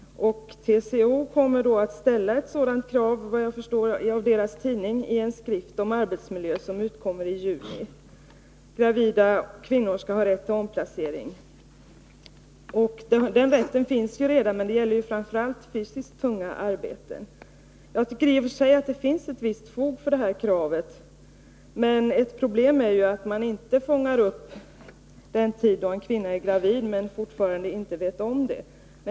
TCO kommer att ställa ett sådant krav, vad jag förstår av deras tidning, i en skrift om arbetsmiljö som utkommer i juni. Gravida kvinnor skall ha rätt till omplacering. Den rätten finns redan, men den gäller då framför allt fysiskt tunga arbeten. Jag tycker i och för sig att det finns ett visst fog för det här kravet, men ett problem är ju att man inte fångar upp den tid då en kvinna är gravid men fortfarande inte vet om det.